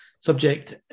Subject